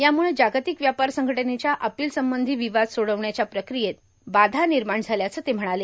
यामुळं जागतिक व्यापार संघटनेच्या अपिल संबंधी विवाद सोडविण्याच्या प्रक्रियेत बाजू निर्माण झाल्याचं ते म्हणाले